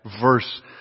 verse